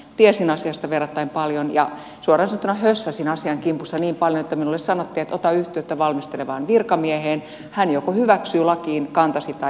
tiesin asiasta verrattain paljon ja suoraan sanottuna hössäsin asian kimpussa niin paljon että minulle sanottiin että ota yhteyttä valmistelevaan virkamieheen hän joko hyväksyy lakiin kantasi tai ei